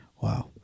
Wow